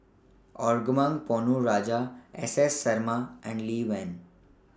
Arumugam Ponnu Rajah S S Sarma and Lee Wen